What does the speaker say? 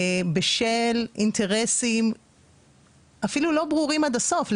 בשל אינטרסים אפילו לא ברורים עד הסוף,